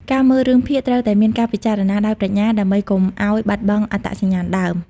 ការមើលរឿងភាគត្រូវតែមានការពិចារណាដោយប្រាជ្ញាដើម្បីកុំឲ្យបាត់បង់អត្តសញ្ញាណដើម។